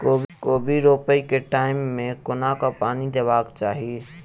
कोबी रोपय केँ टायम मे कोना कऽ पानि देबाक चही?